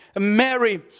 mary